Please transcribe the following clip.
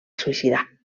suïcidar